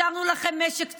השארנו לכם משק צומח.